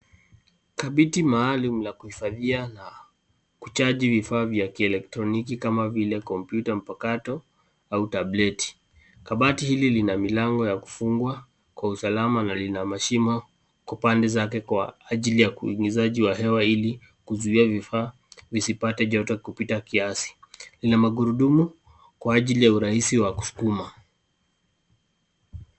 Kabati maalum la kuhifadhia au kuchaji vifaa vya kielektroniki kama vile compyuta mpakato au tableti. Kabati hili lina mlango wa kufungwa kwa usalama na lina mashimo kwa pande zake kw ajili ya uingizaji wa hewa ili kuzuia vifaa visipate joto kupita kiasi. Lina magurudumu kwa ajili ya urahisi wa kuskuma.